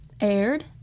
aired